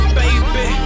baby